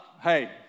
Hey